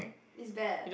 is bad